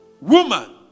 Woman